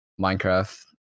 Minecraft